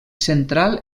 central